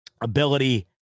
ability